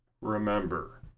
Remember